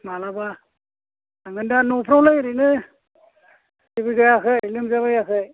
माब्लाबा थांगोन दा नफोराव ओरैनो जेबो जायाखै लोमजाबायाखै